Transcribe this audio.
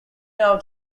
out